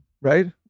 right